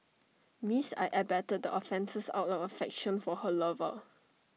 Miss I abetted the offences out of affection for her lover